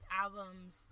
albums